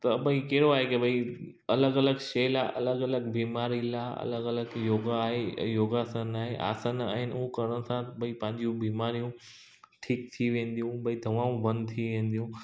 त भई कहिड़ो आहे की भई अलॻि अलॻि शइ लाइ अलॻि अलॻि बीमारी लाइ अलॻि अलॻि योगा आहे योगासन आहे आसन आहिनि हूअ करण सां भई पहंजियूं बीमारियूं ठीकु थी वेंदियूं भई दवाऊं बंदि थी वेंदियूं